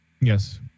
Yes